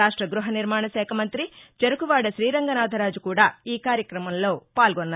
రాష్ట గృహనిర్మాణశాఖ మంత్రి చెరకువాడ శ్రీరంగనాధరాజు కూడా ఈ కార్యక్రమంలో పాల్గొన్నారు